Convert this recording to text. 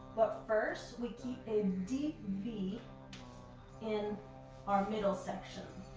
but first, we keep a deep v in our middle section.